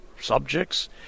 subjects